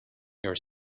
your